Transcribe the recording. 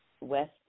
West